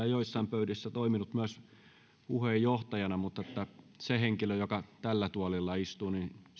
joissain pöydissä toiminut myös puheenjohtajana mutta sitä henkilöä joka tällä tuolilla istuu